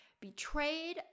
betrayed